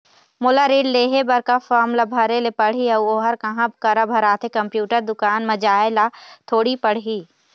मोला ऋण लेहे बर का फार्म ला भरे ले पड़ही अऊ ओहर कहा करा भराथे, कंप्यूटर दुकान मा जाए ला थोड़ी पड़ही?